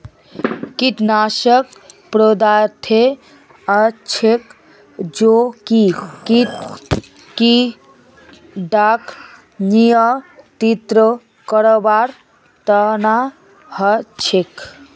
कीटनाशक पदार्थ हछेक जो कि किड़ाक नियंत्रित करवार तना हछेक